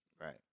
right